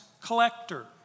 collector